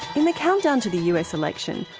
in the countdown to the us election,